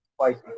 spicy